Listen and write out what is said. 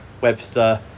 Webster